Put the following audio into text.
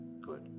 good